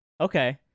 Okay